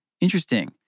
interesting